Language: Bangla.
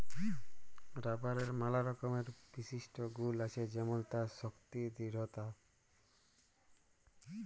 রাবারের ম্যালা রকমের বিশিষ্ট গুল আছে যেমল তার শক্তি দৃঢ়তা